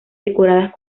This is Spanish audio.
decoradas